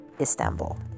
Istanbul